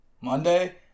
Monday